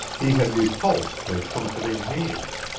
he had repulsed her comforting hands.